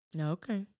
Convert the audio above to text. Okay